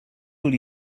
will